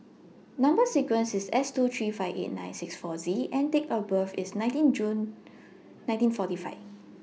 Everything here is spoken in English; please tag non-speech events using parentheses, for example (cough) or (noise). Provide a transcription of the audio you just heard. Number sequence IS S two three five eight nine six four Z and Date of birth IS nineteen June nineteen forty five (noise)